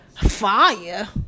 fire